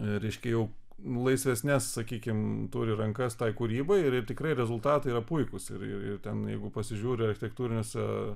reiškia jau laisvesnes sakykime turi rankas tai kūrybai ir tikrai rezultatai yra puikūs ir ir ten jeigu pasižiūri architektūriniuose